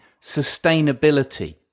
sustainability